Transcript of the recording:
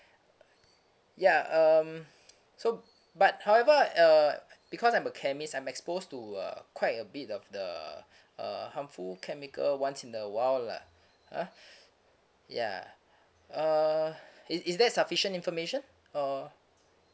ya um so but however uh because I'm a chemist I'm exposed to uh quite a bit of the uh harmful chemical once in a while lah ha ya uh is is that sufficient information uh